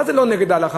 מה זה לא נגד ההלכה?